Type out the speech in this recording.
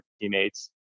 teammates